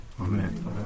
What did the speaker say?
Amen